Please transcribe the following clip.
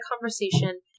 conversation